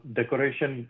decoration